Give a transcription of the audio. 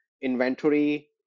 inventory